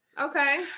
Okay